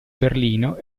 berlino